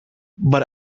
but